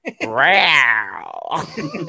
Wow